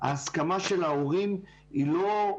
ההסכמה של ההורים היא לא,